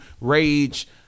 rage